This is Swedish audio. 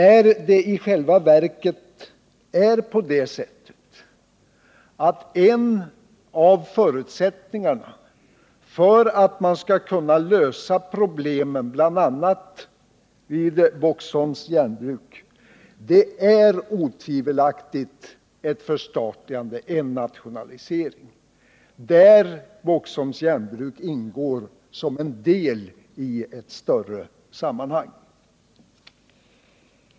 I själva verket är ju en av förutsättningarna för att man skall kunna lösa problemen, bl.a. vid Boxholms järnverk, att det sker ett förstatligande där Boxholm ingår som en del i ett större sammanhang.